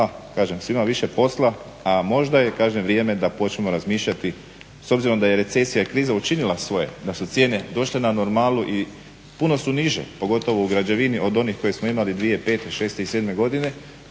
kažem svima više posla, a možda je kažem vrijeme da počnemo razmišljati s obzirom da je recesija i kriza učinila svoje da su cijene došle na normalu i puno su niže, pogotovo u građevini od onih koje smo imali 2005., 2006. i 2007. godine,